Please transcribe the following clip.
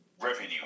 revenue